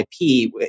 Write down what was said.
IP